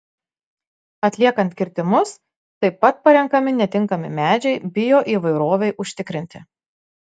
atliekant kirtimus taip pat parenkami netinkami medžiai bioįvairovei užtikrinti